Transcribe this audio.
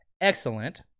excellent